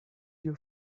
your